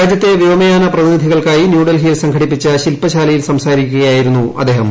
രാജ്യത്തെ വ്യോമയാന പ്രതിനിധികൾക്കായി ന്യൂഡൽഹിയിൽ സംഘടിപ്പിച്ച ശില്പശാലയിൽ സംസാരിക്കുകയായിരുന്നു അദ്ദേഹം